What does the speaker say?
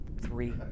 three